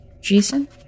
Jason